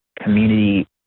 community